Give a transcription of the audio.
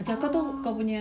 ah